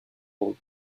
brut